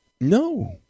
No